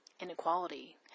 inequality